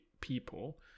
people